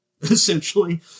essentially